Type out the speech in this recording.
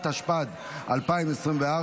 התשפ"ד 2024,